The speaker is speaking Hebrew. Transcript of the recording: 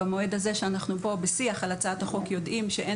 במועד הזה שאנחנו פה בשיח על הצעת החוק יודעים שאין